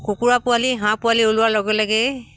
কুকুৰা পোৱালি হাঁহ পোৱালি ওলোৱাৰ লগে লগেই